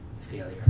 failure